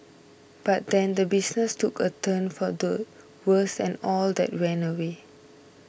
but then the business took a turn for the worse and all that went away